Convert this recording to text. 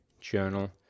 Journal